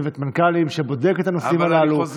צוות מנכ"לים שבודק את הנושאים הללו.